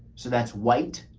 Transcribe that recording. so that's white,